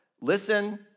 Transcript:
listen